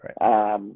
Right